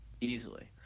easily